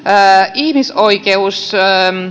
ihmisoikeusmaine